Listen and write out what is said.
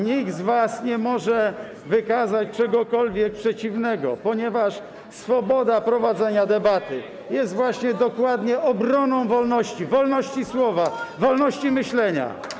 Nikt z was nie może wykazać czegokolwiek przeciwnego, ponieważ swoboda prowadzenia debaty jest właśnie dokładnie obroną wolności, wolności słowa, wolności myślenia.